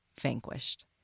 vanquished